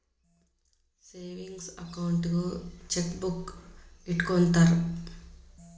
savings ಅಕೌಂಟಿಗೂ chequebook ಇಟ್ಟ್ಕೊತ್ತರ